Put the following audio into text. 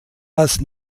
als